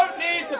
ah me,